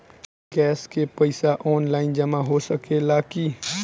Gas के पइसा online जमा हो सकेला की?